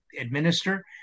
administer